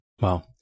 Wow